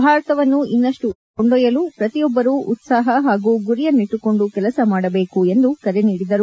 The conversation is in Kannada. ಭಾರತವನ್ನು ಇನ್ನಷ್ಟು ಉನ್ನತಮಟ್ಟಕ್ಕೆ ಕೊಂಡೊಯ್ಕಲು ಪ್ರತಿಯೊಬ್ಬರು ಉತ್ಸಾಪ ಪಾಗೂ ಗುರಿಯನ್ನಿಟ್ಲುಕೊಂಡು ಕೆಲಸ ಮಾಡಬೇಕು ಎಂದು ಕರೆ ನೀಡಿದರು